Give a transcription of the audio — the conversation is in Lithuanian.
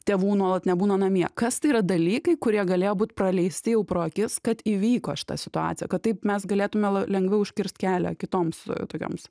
tėvų nuolat nebūna namie kas tai yra dalykai kurie galėjo būt praleisti jau pro akis kad įvyko šita situacija kad taip mes galėtume la lengviau užkirst kelią kitoms tokioms